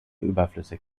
überflüssig